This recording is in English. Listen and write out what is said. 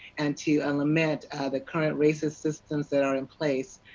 and to and lament the current racist systems that are in place.